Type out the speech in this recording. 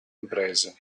imprese